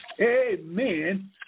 Amen